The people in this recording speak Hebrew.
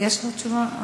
יש תשובה?